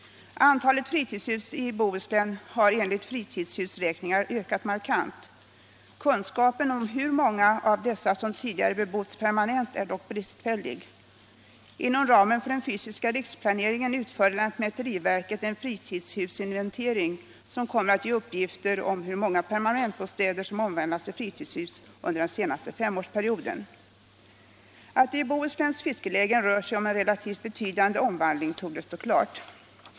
Antalet fritidshus i Bohuslän har enligt fritidshusräkningar ökat markant. Kunskapen om hur många av dessa som tidigare bebotts permanent är dock bristfällig. Inom ramen för den fysiska riksplaneringen utför lantmäteriverket en fritidshusinventering som kommer att ge uppgifter om hur många permanentbostäder som omvandlats till fritidshus under den senaste femårsperioden. Att det i Bohusläns fiskelägen rör sig om en relativt betydande omvandling torde stå klart.